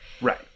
Right